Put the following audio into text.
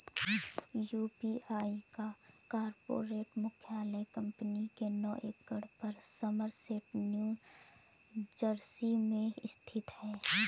UPI का corporate मुख्यालय company के नौ एकड़ पर समरसेट न्यू जर्सी में स्थित है